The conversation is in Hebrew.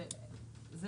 אלה